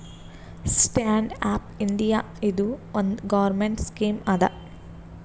stand up India ಇದು ಒಂದ್ government scheme ಅದಾ